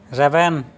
ᱨᱮᱵᱮᱱ